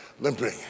limping